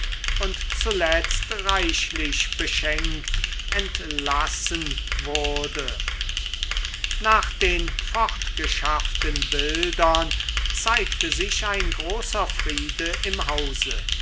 und zuletzt reichlich beschenkt entlassen wurde nach den fortgeschafften bildern zeigte sich ein großer friede im hause